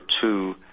two